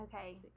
Okay